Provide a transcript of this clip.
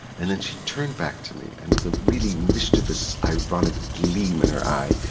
and then she turned back to me, and with a really mischievous ironic gleam in her eye,